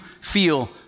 feel